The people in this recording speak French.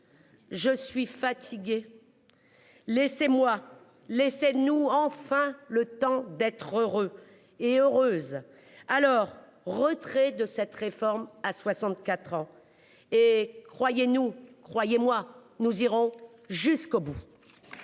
Je suis fatiguée. Laissez-moi laissez-nous enfin le temps d'être heureux et heureuses. Alors, retrait de cette réforme. À 64 ans et croyez-nous, croyez-moi, nous irons jusqu'au bout.